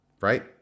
right